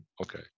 okay